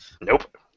Nope